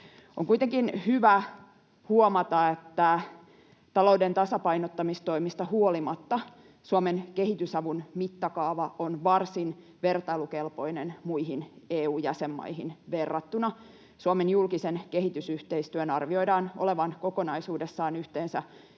On kuitenkin hyvä huomata, että talouden tasapainottamistoimista huolimatta Suomen kehitysavun mittakaava on varsin vertailukelpoinen muihin EU-jäsenmaihin verrattuna. Suomen julkisen kehitysyhteistyön arvioidaan olevan kokonaisuudessaan yhteensä